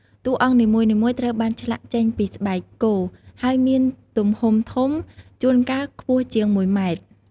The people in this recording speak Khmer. តួអង្គនីមួយៗត្រូវបានឆ្លាក់ចេញពីស្បែកគោ ហើយមានទំហំធំ ជួនកាលខ្ពស់ជាង ១ ម៉ែត្រ។